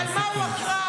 על מה הוא אחראי,